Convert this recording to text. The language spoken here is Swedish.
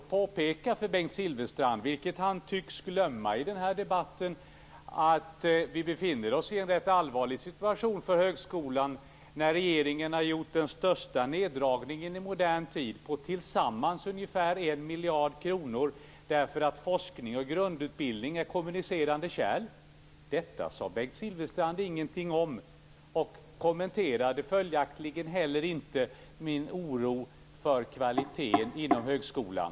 Jag vill påpeka för Bengt Silfverstrand, vilket han tycks glömma i den här debatten, att vi befinner oss i en rätt allvarlig situation för högskolan eftersom regeringen har gjort den största neddragningen i modern tid på tillsammans ungefär 1 miljard kronor. Forskning och grundutbildning är nämligen kommunicerande kärl. Detta sade Bengt Silfverstrand ingenting om. Han kommenterade följaktligen inte heller min oro för kvaliteten inom högskolan.